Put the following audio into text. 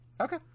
Okay